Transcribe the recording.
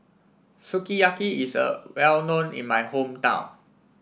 Sukiyaki is a well known in my hometown